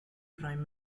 prime